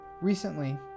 Recently